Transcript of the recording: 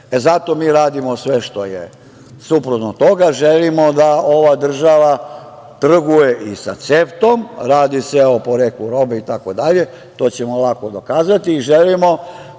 Zato mi radimo sve što je suprotno od toga. Želimo da ova država trguje i sa CEFTA-om. Radi se o poreklu robe itd. To ćemo lako dokazati i želimo